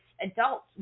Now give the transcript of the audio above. adults